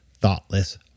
thoughtless